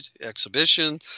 Exhibition